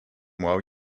while